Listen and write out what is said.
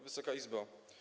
Wysoka Izbo!